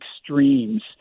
extremes